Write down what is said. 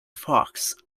fox